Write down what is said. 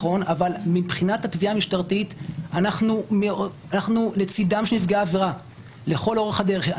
אבל מבחינת התביעה המשטרתית אנחנו לצדם של נפגעי העבירה לכל אורך הדרך.